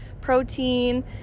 Protein